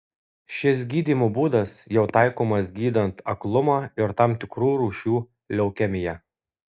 šis gydymo būdas jau taikomas gydant aklumą ir tam tikrų rūšių leukemiją